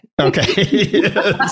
okay